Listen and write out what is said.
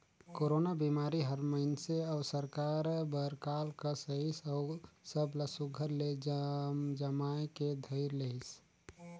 corona बिमारी हर मइनसे अउ सरकार बर काल कस अइस अउ सब ला सुग्घर ले जमजमाए के धइर लेहिस